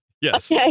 Yes